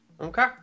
Okay